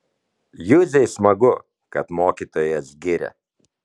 juzei smagu kad mokytojas giria